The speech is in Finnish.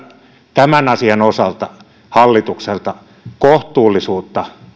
tämän asian osalta hallitukselta kohtuullisuutta